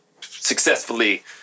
successfully